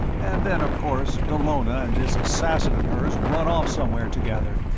and then, of course, dallona and this assassin of hers ran off somewhere together,